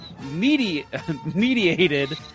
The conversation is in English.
mediated